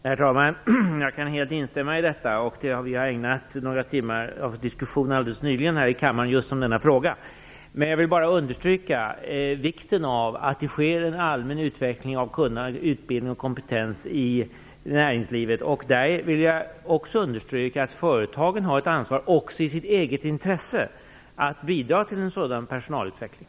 Herr talman! Jag kan helt instämma i detta. Vi har nyligen här i kammaren ägnat några timmars diskussion åt just denna fråga. Jag vill bara understryka vikten av att det sker en allmän utveckling av kunnande, utbildning och kompetens i näringslivet. Jag vill också understryka att företagen har ett ansvar, också i sitt eget intresse, för att bidra till en sådan personalutveckling.